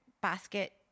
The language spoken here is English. basket